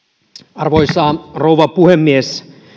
arvoisa rouva puhemies